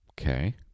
Okay